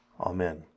Amen